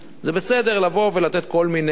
זה בסדר לבוא ולתת כל מיני